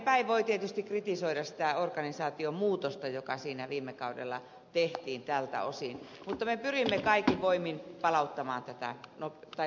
jälkeenpäin voi tietysti kritisoida sitä organisaatiomuutosta joka siinä viime kaudella tehtiin tältä osin mutta me pyrimme kaikin voimin nopeuttamaan työtä